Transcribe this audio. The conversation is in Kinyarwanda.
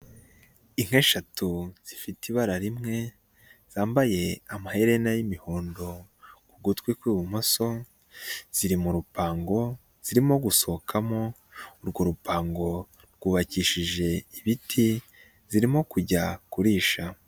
Inka eshatu zifite ibara rimwe, zambaye amaherena y'imihondo, ugutwi kw'ibumoso ,ziri mu rupango, zirimo gusohokamo ,urwo rupango rwubakishije ibiti, zirimo kujya kurisha.